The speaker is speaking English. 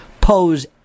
pose